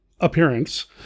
appearance